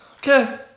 Okay